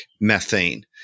methane